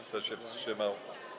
Kto się wstrzymał?